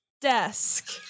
desk